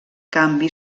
canvi